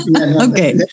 Okay